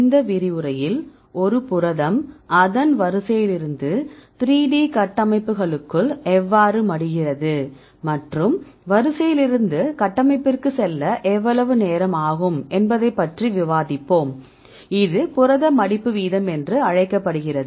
இந்த விரிவுரையில் ஒரு புரதம் அதன் வரிசையிலிருந்து 3D கட்டமைப்புகளுக்குள் எவ்வாறு மடிகிறது மற்றும் வரிசையிலிருந்து கட்டமைப்பிற்கு செல்ல எவ்வளவு நேரம் ஆகும் என்பதைப் பற்றி விவாதிப்போம் இது புரத மடிப்பு வீதம் என்று அழைக்கப்படுகிறது